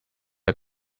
are